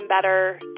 better